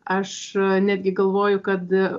aš netgi galvoju kad